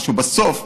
ומשהו בסוף,